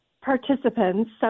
participants